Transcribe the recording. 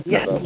Yes